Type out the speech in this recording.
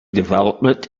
development